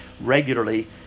regularly